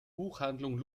buchhandlung